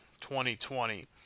2020